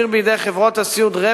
חברי הכנסת,